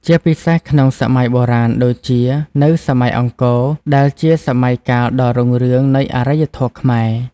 ជាពិសេសក្នុងសម័យបុរាណដូចជានៅ សម័យអង្គរ ដែលជាសម័យកាលដ៏រុងរឿងនៃអរិយធម៌ខ្មែរ។